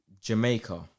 Jamaica